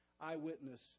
eyewitness